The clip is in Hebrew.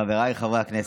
חבריי חברי הכנסת,